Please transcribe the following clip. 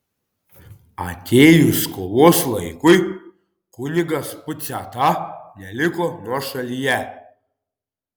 atėjus kovos laikui kunigas puciata neliko nuošalyje